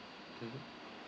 mm